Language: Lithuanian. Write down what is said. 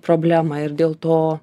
problemą ir dėl to